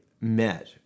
met